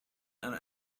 and